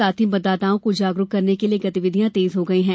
साथ ही मतदाताओं को जागरुक करने के लिए गतिविधियां तेज हो गई हैं